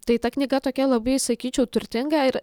tai ta knyga tokia labai sakyčiau turtinga ir